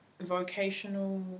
vocational